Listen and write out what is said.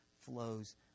flows